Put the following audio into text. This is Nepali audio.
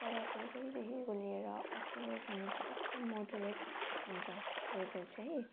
तर फेब्रुअरीदेखि लिएर अक्टोबरसम्म चाहिँ एकदम मोडरेट हुन्छ वेदर चाहिँ